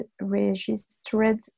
registered